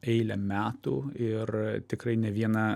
eilę metų ir tikrai ne vieną